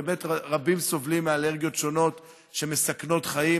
באמת רבים סובלים מאלרגיות שונות שמסכנות חיים.